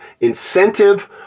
incentive